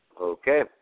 Okay